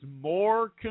more